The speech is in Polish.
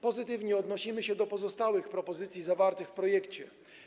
Pozytywnie odnosimy się do pozostałych propozycji zawartych w projekcie.